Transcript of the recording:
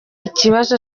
ikibazo